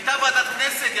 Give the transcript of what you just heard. הייתה ועדת כנסת,